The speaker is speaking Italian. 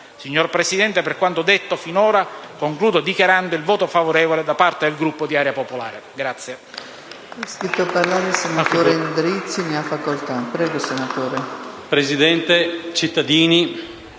Signora Presidente, per quanto detto finora, concludo dichiarando il voto favorevole del Gruppo Area Popolare